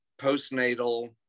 postnatal